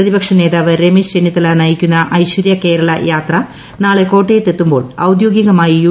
പ്രത്രിപക്ഷ നേതാവ് രമേശ് ചെന്നിത്തല നയിക്കുന്ന ഐശ്ചര്യകൃപ്കേരള യാത്ര നാളെ കോട്ടയത്തെത്തുമ്പോൾ ഔദ്യോഗ്ലീക്മായി യു